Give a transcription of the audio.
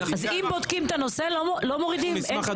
אם בודקים את הנושא לא מורידים, אין קנסות.